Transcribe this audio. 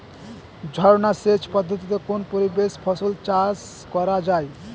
ঝর্না সেচ পদ্ধতিতে কোন পরিবেশে ফসল চাষ করা যায়?